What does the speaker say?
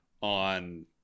on